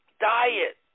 diet